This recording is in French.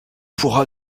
pourra